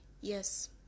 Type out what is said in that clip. yes